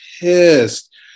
pissed